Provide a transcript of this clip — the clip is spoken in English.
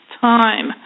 time